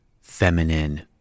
feminine